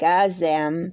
Gazem